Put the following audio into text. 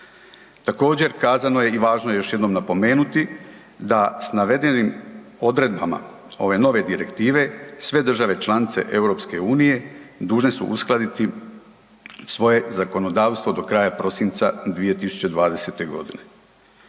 Također kazano je i važno je još jednom napomenuti da s navedenim odredbama ove nove direktive sve države članice EU dužne su uskladiti svoje zakonodavstvo do kraja prosinca 2020.g.